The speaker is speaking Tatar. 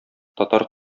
татар